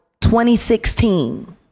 2016